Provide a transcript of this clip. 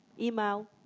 email,